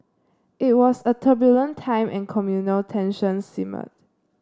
it was a turbulent time and communal tensions simmered